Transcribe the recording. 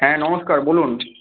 হ্যাঁ নমস্কার বলুন